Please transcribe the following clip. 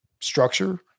structure